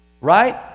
right